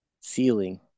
ceiling